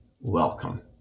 welcome